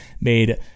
made